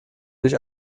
durch